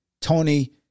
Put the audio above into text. Tony